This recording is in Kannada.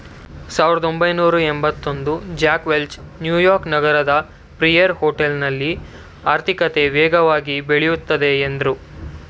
ಸಾವಿರದಒಂಬೈನೂರಎಂಭತ್ತಒಂದು ಜ್ಯಾಕ್ ವೆಲ್ಚ್ ನ್ಯೂಯಾರ್ಕ್ ನಗರದ ಪಿಯರೆ ಹೋಟೆಲ್ನಲ್ಲಿ ಆರ್ಥಿಕತೆ ವೇಗವಾಗಿ ಬೆಳೆಯುತ್ತದೆ ಎಂದ್ರು